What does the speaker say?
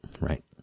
right